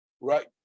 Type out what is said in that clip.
right